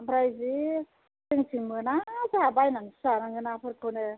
ओमफ्राय जि जोंनिथिं मोना जोंहा बायनानैसो जानांगौ नाफोरखौनो